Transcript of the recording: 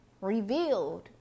revealed